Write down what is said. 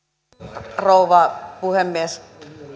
arvoisa rouva puhemies